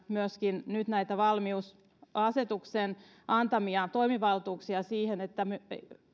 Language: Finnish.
myöskin näitä valmiusasetuksen antamia toimivaltuuksia siihen että